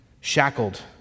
shackled